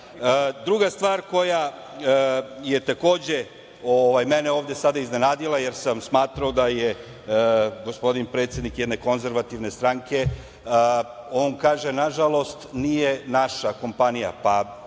stvar koja je mene ovde sada iznenadila, jer sam smatrao da je gospodin predsednik jedne konzervativne stranke, on kaže, nažalost, nije naša kompanija,